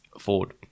Ford